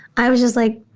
i was just like,